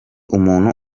umuntu